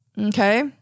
Okay